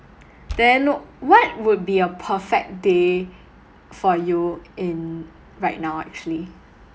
then what would be a perfect day for you in right now actually